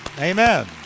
Amen